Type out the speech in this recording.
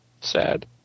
Sad